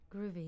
groovy